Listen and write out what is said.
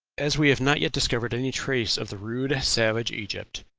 as we have not yet discovered any trace of the rude, savage egypt,